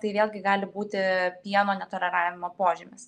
tai vėlgi gali būti pieno netoleravimo požymis